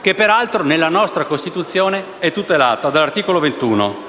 che peraltro nella nostra Costituzione è tutelata dall'articolo 21.